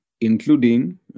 including